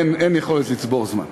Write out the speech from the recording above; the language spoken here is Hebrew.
אין יכולת לצבור זמן.